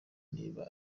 niba